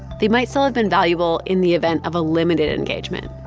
they might still have been valuable in the event of a limited engagement,